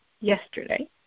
yesterday